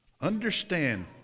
Understand